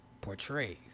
portrays